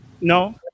no